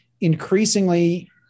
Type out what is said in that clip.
increasingly